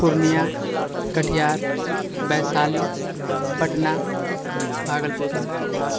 Purnia Katihar Vaishali Patna Bhagalpur